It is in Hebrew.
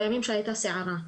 בימים שהייתה סערה,